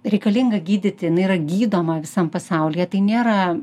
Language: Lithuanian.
reikalinga gydyti jinai yra gydoma visam pasaulyje tai nėra